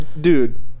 Dude